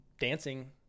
dancing